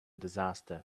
disaster